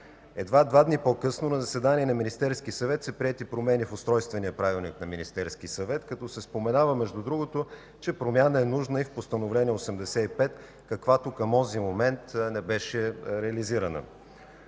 Едва два дни по-късно на заседание на Министерския съвет са приети промени в Устройствения правилник на Министерския съвет, като се споменава между другото, че промяна е нужна и в Постановление № 85, каквато към онзи момент не беше реализирана.